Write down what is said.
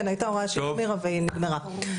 כן הייתה הוראה שהחמירה והיא נגמרה.